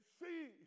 see